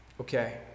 Okay